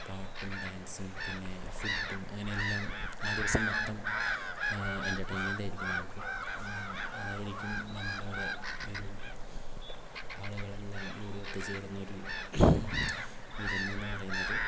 പാട്ടും ഡാൻസും പിന്നെ ഫുഡും അങ്ങനെയെല്ലാം ആ ദിവസം മൊത്തം എൻ്റർടൈൻമെന്റായിരിക്കും നമുക്ക് അതായിരിക്കും നമ്മുടെ അവിടെ ഒരു ആളുകളെല്ലാം കൂടി ഒത്തു ചേരുന്നൊരു വിരുന്നെന്ന് പറയുന്നത്